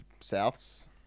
Souths